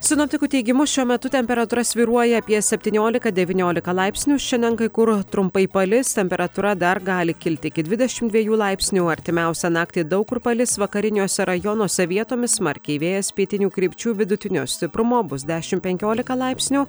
sinoptikų teigimu šiuo metu temperatūra svyruoja apie septyniolika devyniolika laipsnių šiandien kai kur trumpai palis temperatūra dar gali kilti iki dvidešim dviejų laipsnių artimiausią naktį daug kur palis vakariniuose rajonuose vietomis smarkiai vėjas pietinių krypčių vidutinio stiprumo bus dešim penkiolika laipsnių